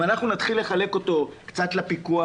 אם אנחנו נתחיל לחלק אותו קצת לפיקוח